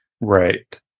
Right